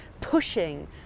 pushing